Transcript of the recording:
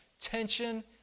Tension